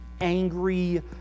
angry